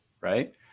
Right